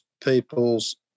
people's